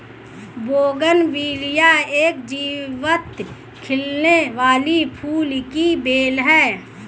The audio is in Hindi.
बोगनविलिया एक जीवंत खिलने वाली फूल की बेल है